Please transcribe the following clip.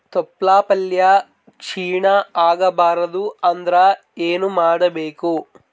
ತೊಪ್ಲಪಲ್ಯ ಕ್ಷೀಣ ಆಗಬಾರದು ಅಂದ್ರ ಏನ ಮಾಡಬೇಕು?